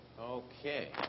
Okay